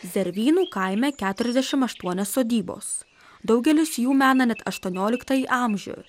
zervynų kaime keturiasdešim aštuonios sodybos daugelis jų mena net aštuonioliktąjį amžių